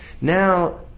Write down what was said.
Now